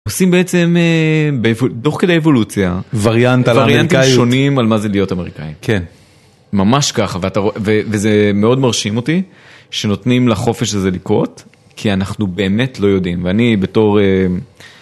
עושים בעצם, תוך כדי אבולוציה, וריאנטים שונים על מה זה להיות אמריקאי. כן. ממש ככה, וזה מאוד מרשים אותי, שנותנים לחופש הזה לקרות, כי אנחנו באמת לא יודעים. ואני בתור...